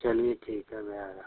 चलिए ठीक है मैं आ रहा